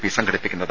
P സംഘടിപ്പിക്കുന്നത്